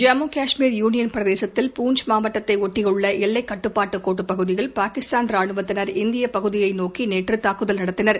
ஜம்மு காஷ்மீர் யூனியன்பிரதேசத்தில் பூஞ்ச் மாவட்டத்தைஒட்டியுள்ளஎல்லைகட்டுபாட்டுகோட்டுபகுதியில் பாகிஸ்தான் ராணுவத்தினர் இந்தியபகுதியைநோக்கிநேற்றுதாக்குதல் நடத்தினர்